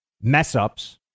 mess-ups